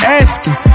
asking